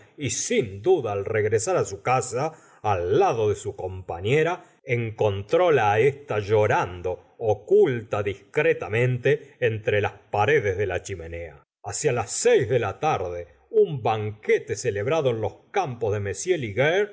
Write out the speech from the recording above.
y sin duda al regresar su casa al lado de su compañera encontróla esta llorando oculta discretamente entre las paredes de la chimenea hacia las seis de la tarde un banquete celebrado en los campos de